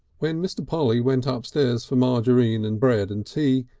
when mr. polly went ah upstairs for margarine and bread and tea,